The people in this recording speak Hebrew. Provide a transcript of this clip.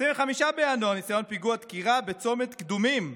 25 בינואר, ניסיון פיגוע דקירה בצומת קדומים,